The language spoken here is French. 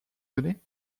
données